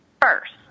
first